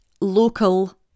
local